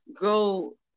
go